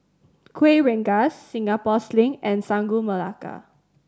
Kuih Rengas Singapore Sling and Sagu Melaka